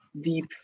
deep